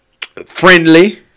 friendly